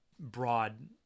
broad